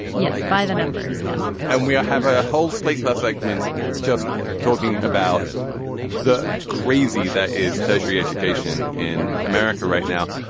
yes by the numbers yes and we are have a whole slate plus segment just talking about the crazy that is tertiary education in america right now.